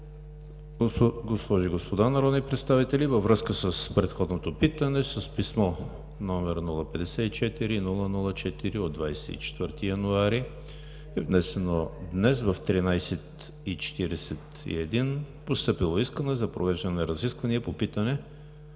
Госпожи и господа народни представители, във връзка с предходното питане, с писмо № 054-00-4 от 24 януари 2020 г., внесено днес, в 13,41 ч., е постъпило искане за провеждане на разисквания по питане,